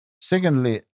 Secondly